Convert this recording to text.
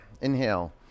Inhale